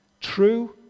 True